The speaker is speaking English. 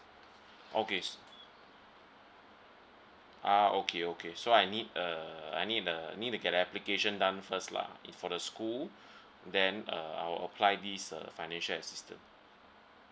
okay ah okay okay so I need a I need a I need to get application done first lah in for the school then uh I will apply this a financial assistance